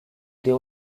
they